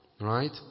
Right